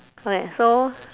okay so